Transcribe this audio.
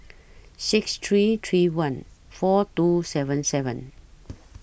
six three three one four two seven seven